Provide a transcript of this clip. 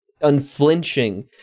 unflinching